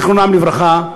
זיכרונם לברכה,